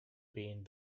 being